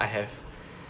I have